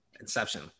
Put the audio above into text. inception